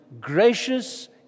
gracious